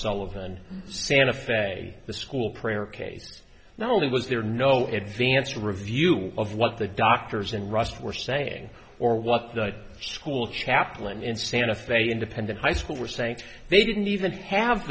sullivan santa fe the school prayer case not only was there no advance review of what the doctors in russia were saying or what the school chaplain in santa fe independent high school were saying they didn't even have